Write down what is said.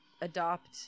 adopt